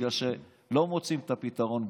כי לא מוצאים את הפתרון.